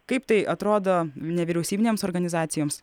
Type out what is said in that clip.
kaip tai atrodo nevyriausybinėms organizacijoms